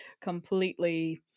completely